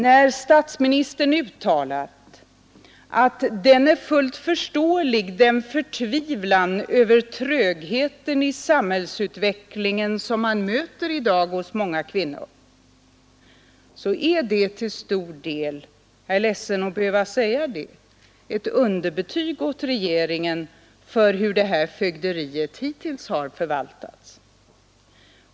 När statsministern uttalat att den förtvivlan över trögheten i samhällsutvecklingen som man i dag möter hos många kvinnor är fullt förståelig, är det till stor del — jag är ledsen att behöva säga det — ett underbetyg åt regeringen för hur det här fögderiet hittills har förvaltats.